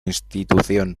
institución